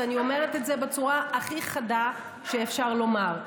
ואני אומרת את זה בצורה הכי חדה שאפשר לומר,